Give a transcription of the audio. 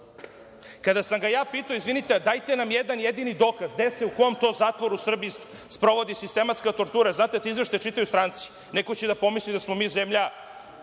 Kada sam ga ja pitao – izvinite, dajte nam jedan jedini dokaz u kom se to zatvoru u Srbiji sprovodi sistematska tortura, znate, te izveštaje čitaju stranci, neko će da pomisli da smo mi zemlja